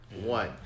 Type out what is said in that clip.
One